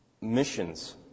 missions